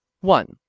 one.